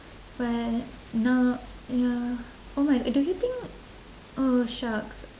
but now ya oh my do you think oh shucks